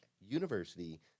University